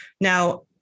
Now